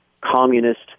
communist